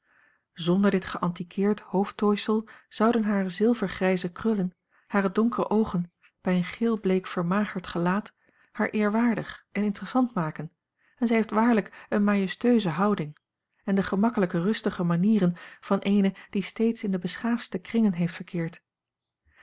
zonder dit geantiqueerd hoofdtooisel zouden hare zilvergrijze krullen hare donkere oogen bij een geelbleek vermagerd gelaat haar eerwaardig en interessant maken en zij heeft waarlijk eene majestueuze houding en de gemakkelijke rustige manieren van eene die steeds in de beschaafdste kringen heeft verkeerd